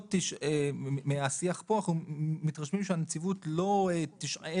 מהשיח כאן אנחנו מתרשמים שהנציבות לא תשעה